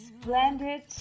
splendid